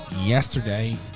yesterday